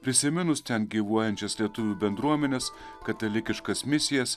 prisiminus ten gyvuojančias lietuvių bendruomenes katalikiškas misijas